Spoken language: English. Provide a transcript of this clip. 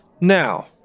Now